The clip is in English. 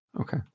Okay